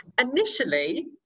Initially